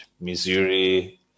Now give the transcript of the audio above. Missouri